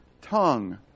tongue